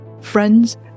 Friends